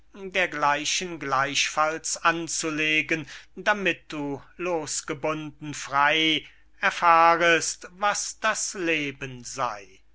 dergleichen gleichfalls anzulegen damit du losgebunden frey erfahrest was das leben sey